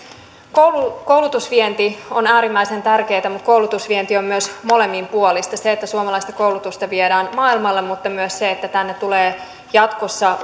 koulutusvienti on äärimmäisen tärkeätä mutta koulutusvienti on myös molemminpuolista että suomalaista koulutusta viedään maailmalle mutta myös että tänne tulee jatkossa